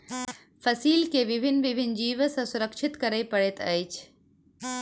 फसील के भिन्न भिन्न जीव सॅ सुरक्षित करअ पड़ैत अछि